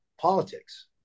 politics